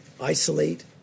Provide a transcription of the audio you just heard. isolate